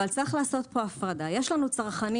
אבל צריך לעשות פה הפרדה יש לנו צרכנים